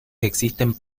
existen